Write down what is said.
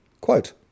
quote